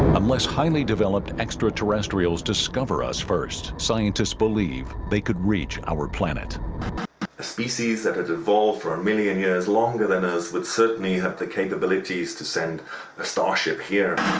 unless highly developed extraterrestrials discover us first scientists believe they could reach our planet species that had evolved four million years longer than as the certainiy have the capabilities to send a starship here